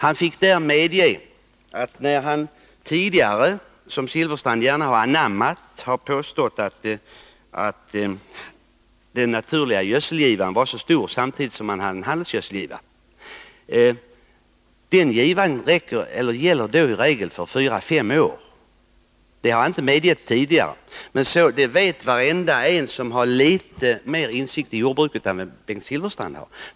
Han hade tidigare påstått — vilket Bengt Silfverstrand gärna har anammat — att den naturliga gödselgivan var mycket stor och att man samtidigt därmed hade handelsgödselgiva. Han har här fått medge att denna giva i regel gäller för fyra fem år. Det har han inte medgivit tidigare. Men detta vet var och en som har litet mer insikt i jordbruket än vad Bengt Silfverstrand har.